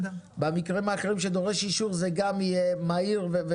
במקרים האחרים שדורש אישור, זה גם יהיה מהיר.